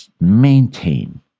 maintain